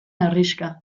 herrixka